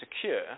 secure